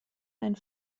einen